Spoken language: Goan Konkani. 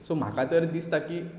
सो म्हाका तर दिसता की